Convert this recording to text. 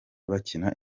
bakina